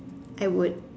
I would